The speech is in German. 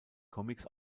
comics